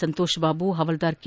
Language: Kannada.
ಸಂತೋಷ್ ಬಾಬು ಹವಾಲ್ದಾರ್ ಕೆ